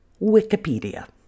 Wikipedia